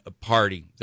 Party